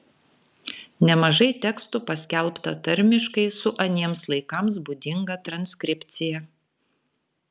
nemažai tekstų paskelbta tarmiškai su aniems laikams būdinga transkripcija